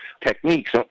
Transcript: techniques